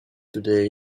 today